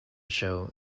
show